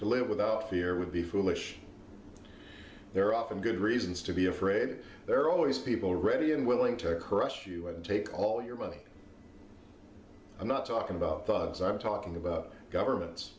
to live without fear would be foolish there are often good reasons to be afraid there are always people ready and willing to harass you and take all your money i'm not talking about thugs i'm talking about governments